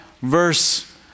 verse